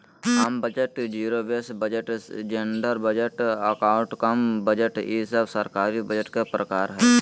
आम budget, zero base budget, gender budget, outcome budget ई सब सरकारी बजट के प्रकार हय